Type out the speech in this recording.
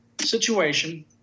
situation